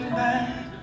back